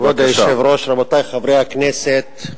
כבוד היושב-ראש, רבותי חברי הכנסת,